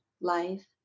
life